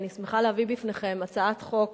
אני שמחה להביא בפניכם הצעת חוק